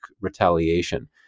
retaliation